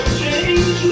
change